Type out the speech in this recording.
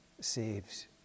saves